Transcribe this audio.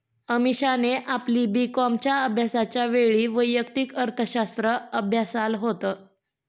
अमीषाने आपली बी कॉमच्या अभ्यासाच्या वेळी वैयक्तिक अर्थशास्त्र अभ्यासाल होत